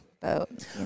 boat